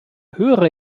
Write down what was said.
höhere